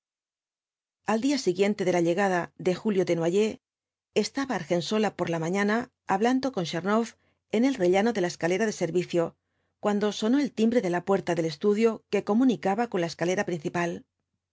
al día siguiente de la llegada de julio desnoyers estaba argensola por la mañana hablando con tchernoff en el rellano de la escalera de servicio cuando sonó el timbre de la puerta del estudio que comunicaba con la escalera principal